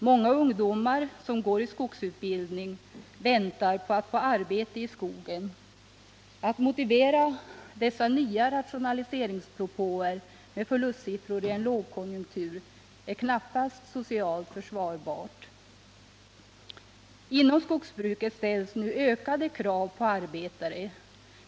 Många ungdomar som går i skogsutbildning väntar på att få arbete i skogen. Att motivera dessa nya rationaliseringspropåer med förlustsiffror i en lågkonjunktur är knappast socialt försvarbart. Inom skogsbruket ställs nu ökade krav på arbetare.